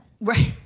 Right